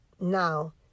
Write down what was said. Now